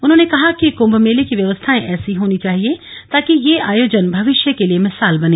उन्होंने कहा कि कम्म मेले की व्यवस्थायें ऐसी होनी चाहिए ताकि यह आयोजन भविष्य के लिये मिसाल बने